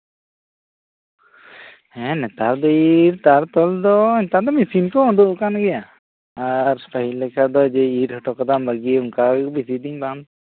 ᱦᱮᱸ ᱱᱮᱛᱟᱨ ᱫᱤᱱ ᱫᱟᱞ ᱛᱚᱞ ᱫᱚ ᱱᱮᱛᱟᱨ ᱫᱚ ᱢᱮᱥᱤᱱ ᱠᱚ ᱩᱰᱩᱠ ᱠᱟᱱ ᱜᱮᱭᱟ ᱟᱨ ᱯᱟᱹᱦᱤᱞ ᱞᱮᱠᱟ ᱫᱚ ᱤᱨ ᱦᱚᱴᱚ ᱠᱟᱫᱟᱢ ᱵᱮᱥᱤ ᱫᱤᱱ ᱵᱟᱢ